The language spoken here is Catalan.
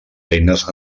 eines